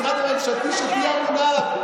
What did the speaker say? תובילי במשרד הממשלתי שתהיי אמונה עליו,